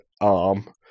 arm